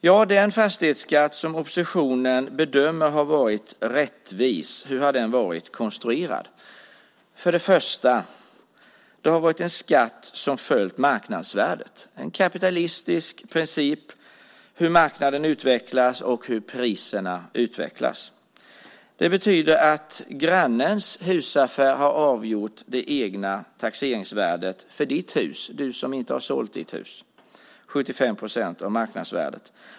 Ja, hur har den fastighetsskatt som oppositionen bedömer har varit rättvis varit konstruerad? Det har varit en skatt som har följt marknadsvärdet, en kapitalistisk princip hur marknaden och hur priserna utvecklas. Det betyder att grannens husaffär har avgjort taxeringsvärdet för ditt hus - du som inte har sålt ditt hus - 75 procent av marknadsvärdet.